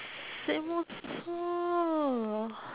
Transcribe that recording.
same